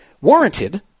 warranted